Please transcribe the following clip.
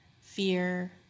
fear